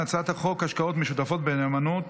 הצעת חוק השקעות משותפות בנאמנות